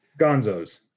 Gonzo's